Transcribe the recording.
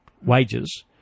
wages